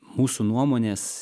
mūsų nuomonės